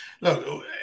Look